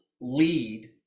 lead